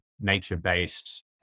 nature-based